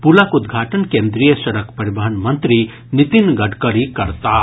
पुलक उद्घाटन केन्द्रीय सड़क परिवहन मंत्री नितिन गडगरी करताह